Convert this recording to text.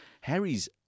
Harry's